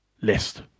list